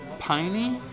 piney